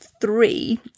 three